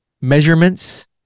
measurements